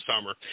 summer